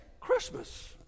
Christmas